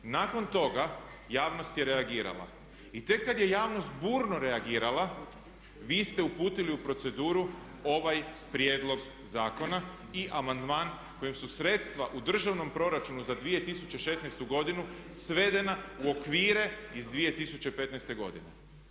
Nakon toga javnost je reagirala i tek kad je javnost burno reagirala vi ste uputili u proceduru ovaj prijedlog zakona i amandman kojim su sredstva u Državnom proračunu za 2016.godinu svedena u okvire iz 2015.godine.